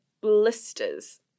blisters